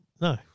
no